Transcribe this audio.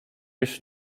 już